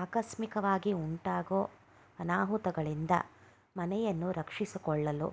ಆಕಸ್ಮಿಕವಾಗಿ ಉಂಟಾಗೂ ಅನಾಹುತಗಳಿಂದ ಮನೆಯನ್ನು ರಕ್ಷಿಸಿಕೊಳ್ಳಲು